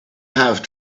have